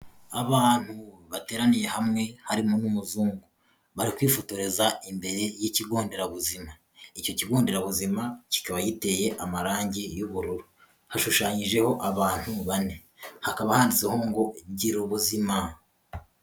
Abantu bateraniye hamwe harimo n'umuzungu. Bari kwifotoreza imbere y'ikigo nderabuzima. Icyo kigo nderabuzima kikaba giteye amarangi y'ubururu. Hashushanyijeho abantu bane. Hakaba handitseho ngo:"Gira ubuzima."